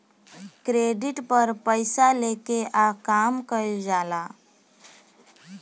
credit पर पइसा लेके आ काम कइल जाला